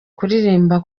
kuririmba